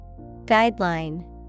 Guideline